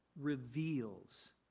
reveals